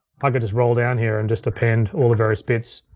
i could just roll down here and just append all the various bits.